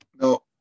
No